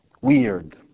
weird